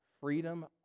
freedom